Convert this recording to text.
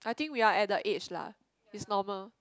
I think we are at the age lah is normal